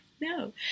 No